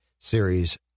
series